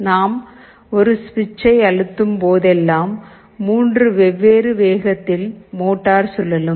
நாம் ஒரு சுவிட்சை அழுத்தும் போதெல்லாம் 3 வெவ்வேறு வேகத்தில் மோட்டார் சுழலும்